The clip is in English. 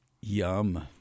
Yum